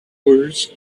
words